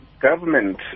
Government